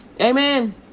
amen